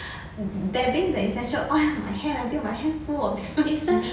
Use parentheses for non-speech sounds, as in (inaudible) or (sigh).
dabbing the essential oil on my hair until my hair full of (laughs)